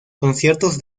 conciertos